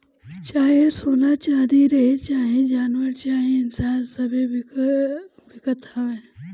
चाहे सोना चाँदी रहे, चाहे जानवर चाहे इन्सान सब्बे बिकत हवे